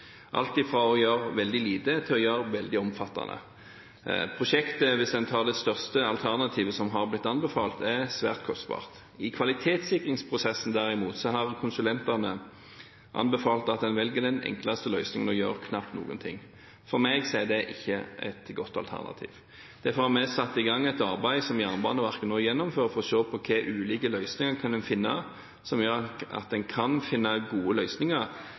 alt fra å gjøre veldig lite til å gjøre noe veldig omfattende. Prosjektet, hvis en tar det største alternativet som har blitt anbefalt, er svært kostbart. I kvalitetssikringsprosessen derimot har konsulentene anbefalt at en velger den enkleste løsningen og knapt gjør noen ting. For meg er ikke det et godt alternativ. Derfor har vi satt i gang et arbeid, som Jernbaneverket nå gjennomfører, for å se på ulike måter en kan finne gode løsninger på – innenfor en kostnadsramme som